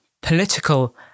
political